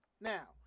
Now